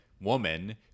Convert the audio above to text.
woman